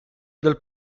del